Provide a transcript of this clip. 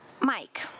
Mike